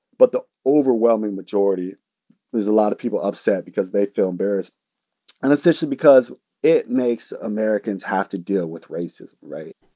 but the overwhelming majority there's a lot of people upset because they feel embarrassed and essentially because it makes americans have to deal with racism, right?